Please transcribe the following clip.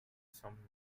some